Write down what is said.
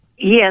Yes